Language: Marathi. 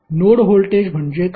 नोड व्होल्टेज म्हणजे काय